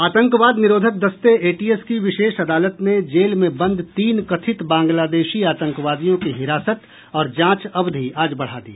आतंकवाद निरोधक दस्ते एटीएस की विशेष अदालत ने जेल में बंद तीन कथित बांग्लादेशी आतंकवादियों की हिरासत और जांच अवधि आज बढ़ा दी